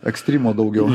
ekstrymo daugiau